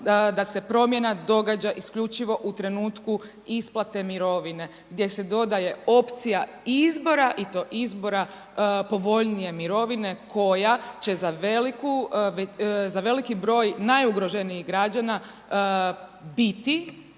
da se promjena događa isključivo u trenutku isplate mirovine gdje se dodaje opcija izbora i to izbora povoljnije mirovine koja će za veliki broj najugroženijih građana biti